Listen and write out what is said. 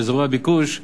באזורי הביקוש,